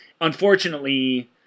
Unfortunately